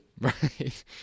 Right